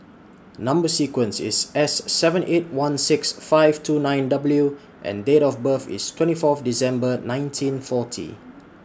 Number sequence IS S seven eight one six five two nine W and Date of birth IS twenty Fourth December nineteen forty